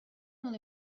non